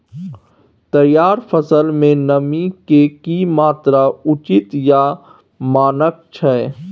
तैयार फसल में नमी के की मात्रा उचित या मानक छै?